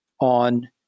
on